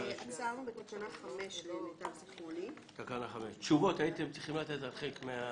עצרנו בתקנה 5. הייתם צריכים לתת תשובות.